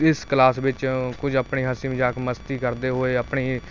ਇਸ ਕਲਾਸ ਵਿੱਚੋਂ ਕੁਝ ਆਪਣੇ ਹਸੀ ਮਜ਼ਾਕ ਮਸਤੀ ਕਰਦੇ ਹੋਏ ਆਪਣੀ